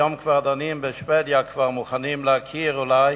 היום בשבדיה כבר מוכנים להכיר אולי